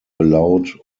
aloud